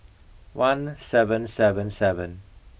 one seven seven seven